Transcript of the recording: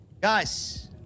Guys